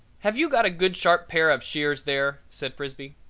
have you got a good sharp pair of shears there? said frisbee.